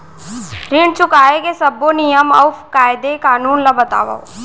ऋण चुकाए के सब्बो नियम अऊ कायदे कानून ला बतावव